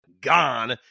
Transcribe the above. gone